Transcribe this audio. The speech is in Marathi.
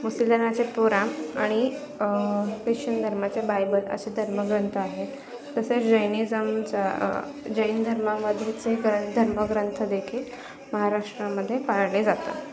मुसिलनाचे कुराण आणि ख्रिश्चन धर्माचे बायबल असे धर्मग्रंथ आहेत तसेच जैनिजमचा जैन धर्मामधेच हे ग्रं धर्मग्रंथ देखील महाराष्ट्रामध्ये पाळले जातात